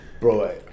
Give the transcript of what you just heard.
Bro